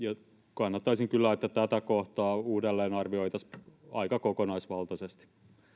kannattaisin kyllä että tätä kohtaa uudelleenarvioitaisiin aika kokonaisvaltaisesti